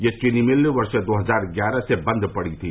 यह चीनी मिल वर्ष दो हजार ग्यारह से बंद पड़ी थी